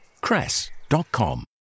cress.com